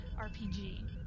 RPG